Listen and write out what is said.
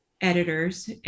editors